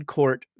Court